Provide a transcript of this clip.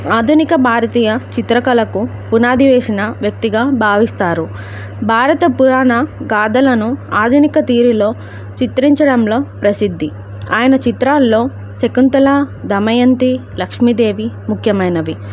ఆధునిక భారతీయ చిత్రకళకు పునాదివేసిన వ్యక్తిగా భావిస్తారు భారత పురాణ గాథలను ఆధునిక రీతిలో చిత్రించడంలో ప్రసిద్ధి ఆయన చిత్రాల్లో శకుంతల దమయంతి లక్ష్మీదేవి ముఖ్యమైనవి